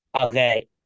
Okay